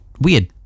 weird